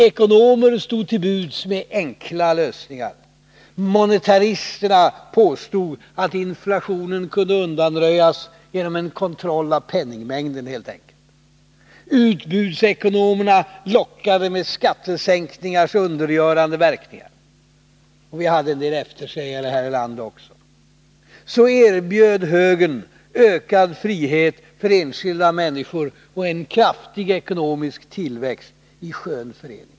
Ekonomer stod till buds med enkla lösningar: monetaristerna påstod att inflationen kunde undanröjas genom en kontroll av penningmängden helt enkelt, utbudsekonomerna lockade med skattesänkningars undergörande verkningar — vi hade en del eftersägare här i landet också. Så erbjöd högern ökad frihet för enskilda människor och en kraftig ekonomisk tillväxt i skön förening.